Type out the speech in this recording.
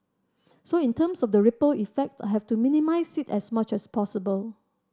so in terms of the ripple effect I have to minimise it as much as possible